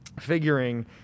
figuring